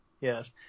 yes